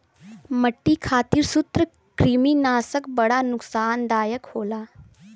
मट्टी खातिर सूत्रकृमिनाशक बड़ा नुकसानदायक होला